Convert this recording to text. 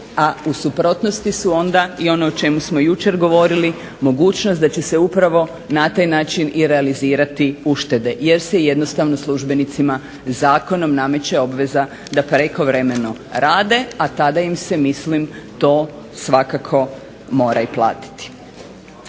a u suprotnosti su onda i ono o čemu smo jučer govorili mogućnost da će se upravo na taj način i realizirati uštede jer se jednostavno službenicima zakonom nameće obveza da prekovremeno rade, a tada im se mislim to svakako mora i platiti.